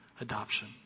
adoption